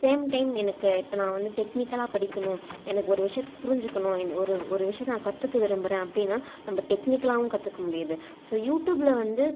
same time எனக்கு இப்போ நான் வந்து டெக்னிக்கலாக படிக்கணும் எனக்கு ஒரு விஷயத்த புரிஞ்சுக்கணும் இந்த ஒரு ஒரு விஷயத்த நான் கற்றுக்க விரும்புகிறேன் அப்படின்னா நம்ம டெக்னிக்கலாகவும் கற்றுக்க முடியுது ஸோ யூட்டூபில் வந்து